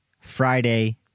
Friday